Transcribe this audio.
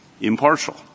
impartial